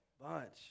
bunch